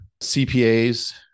CPAs